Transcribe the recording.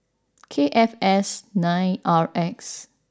K F S nine R X